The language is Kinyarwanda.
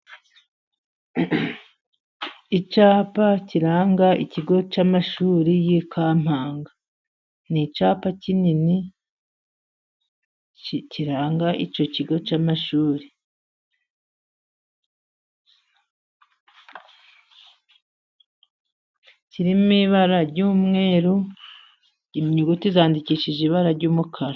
Icyapa kiranga ikigo cy'amashuri ya Kampanga, n'icyapa kinini kiranga icyo kigo cy'amashuri, kirimo ibara ry'umweru ,inyuguti zandikishije ibara ry'umukara.